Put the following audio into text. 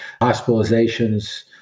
hospitalizations